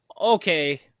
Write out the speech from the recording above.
okay